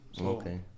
Okay